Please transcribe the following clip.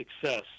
success